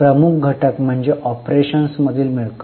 प्रमुख घटक म्हणजे ऑपरेशन्समधील मिळकत